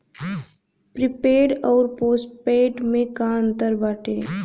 Prepaid अउर postpaid में का अंतर बाटे?